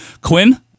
Quinn